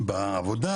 בעבודה